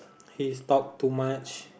he's talk too much